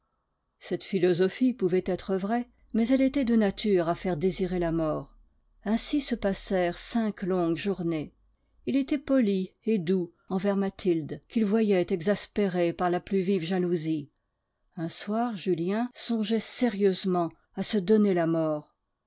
cette philosophie pouvait être vraie mais elle était de nature à faire désirer la mort ainsi se passèrent cinq longues journées il était poli et doux envers mathilde qu'il voyait exaspérée par la plus vive jalousie un soir julien songeait sérieusement à se donner la mort